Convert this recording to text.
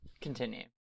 Continue